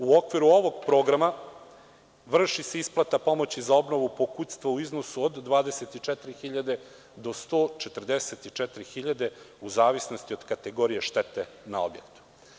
U okviru ovog programa vrši se isplata pomoći za obnovu pokućstva u iznosu od 24.000 do 144.000 u zavisnosti od kategorije štete na objektu.